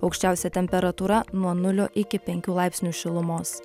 aukščiausia temperatūra nuo nulio iki penkių laipsnių šilumos